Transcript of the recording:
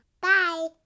Bye